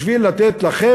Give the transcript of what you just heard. בשביל לתת לכם,